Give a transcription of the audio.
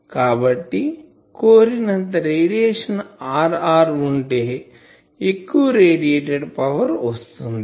కాబట్టి కోరినంత radiation Rr ఉంటే ఎక్కువ రేడియేటెడ్ పవర్ వస్తుంది